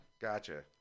Gotcha